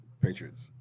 Patriots